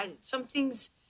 Something's